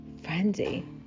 frenzy